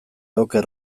oker